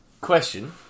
question